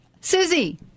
Susie